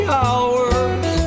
hours